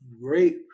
great